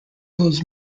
goes